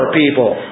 people